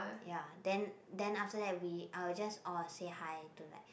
ya then then after we I will just orh say hi to like